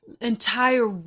entire